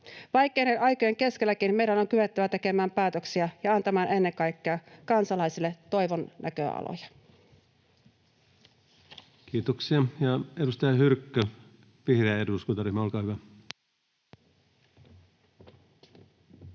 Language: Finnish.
Vaikeiden aikojen keskelläkin meidän on kyettävä tekemään päätöksiä ja antamaan ennen kaikkea toivon näköaloja kansalaisille. Kiitoksia. — Ja edustaja Hyrkkö, vihreä eduskuntaryhmä, olkaa hyvä.